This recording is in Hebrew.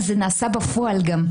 וזה נעשה גם בפועל.